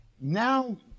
now